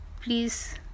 please